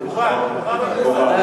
תודה רבה, אדוני.